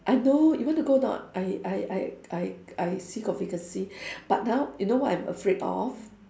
I know you want to go or not I I I I I see got vacancy but ha you know what I'm afraid of